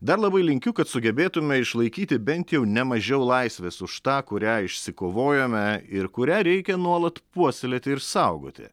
dar labai linkiu kad sugebėtume išlaikyti bent jau ne mažiau laisvės už tą kurią išsikovojome ir kurią reikia nuolat puoselėti ir saugoti